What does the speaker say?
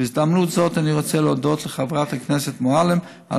בהזדמנות זו אני רוצה להודות לחברת הכנסת מועלם על